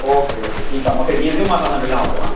okay okay ठीकु आहे मूंखे जीअं थियो मां तव्हां सां मिलांव थो